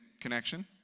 connection